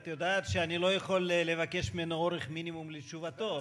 את יודעת שאני לא יכול לבקש ממנו אורך מינימום לתשובתו.